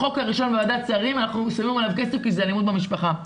החוק הראשון בוועדת שרים אנחנו שמים עליו כסף כי זה אלימות במשפחה'.